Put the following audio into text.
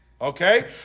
Okay